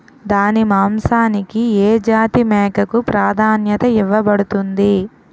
దాని మాంసానికి ఏ జాతి మేకకు ప్రాధాన్యత ఇవ్వబడుతుంది?